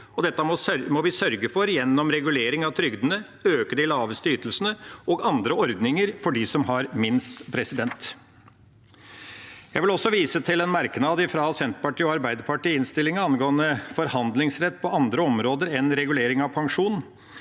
Det må vi sørge for gjennom regulering av trygdene, ved å øke de laveste ytelsene og gjennom andre ordninger for dem som har minst. Jeg vil også vise til en merknad fra Senterpartiet og Arbeiderpartiet i innstillinga angående forhandlingsrett på andre områder enn regulering av pensjon.